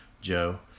Joe